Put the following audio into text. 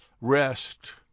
Rest